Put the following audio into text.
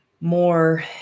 more